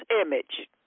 image